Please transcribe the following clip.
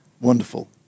wonderful